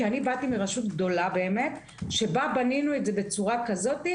כי באתי מרשות גדולה שבה בנינו את זה בצורה כזאת,